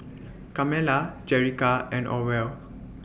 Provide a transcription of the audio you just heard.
Carmella Jerrica and Orvel